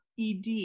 ED